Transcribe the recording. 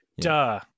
duh